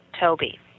Toby